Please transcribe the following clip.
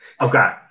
Okay